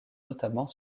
notamment